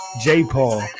J-Paul